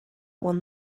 one